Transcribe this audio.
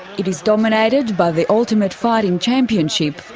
it is dominated by the ultimate fighting championship,